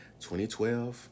2012